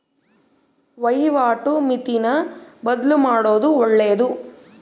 ವಹಿವಾಟು ಮಿತಿನ ಬದ್ಲುಮಾಡೊದು ಒಳ್ಳೆದು